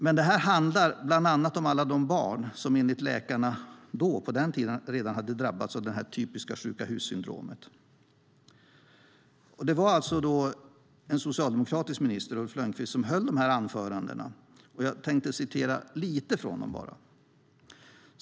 Men det handlar bland annat om alla de barn som redan då enligt läkarna hade drabbats av det typiska sjuka-hus-syndromet. Det var alltså en socialdemokratisk minister, Ulf Lönnqvist, som höll anförandet. Jag tänker bara citera lite från det.